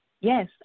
Yes